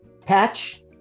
Patch